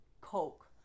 Coke